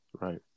Right